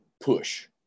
push